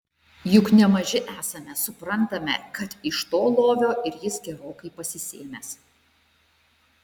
juk ne maži esame suprantame kad iš to lovio ir jis gerokai pasisėmęs